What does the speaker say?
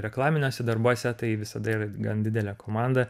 reklaminiuose darbuose tai visada yra gan didelė komanda